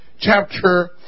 chapter